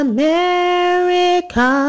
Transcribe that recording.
America